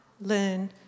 learn